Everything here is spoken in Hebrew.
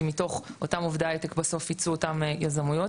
כי מתוך אותם עובדי הייטק בסוף ייצאו אותם יזמויות.